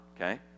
okay